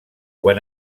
quan